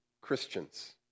Christians